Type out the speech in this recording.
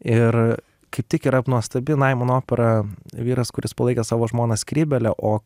ir kaip tik yra nuostabi naimano opera vyras kuris palaikė savo žmoną skrybėle o